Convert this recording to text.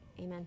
Amen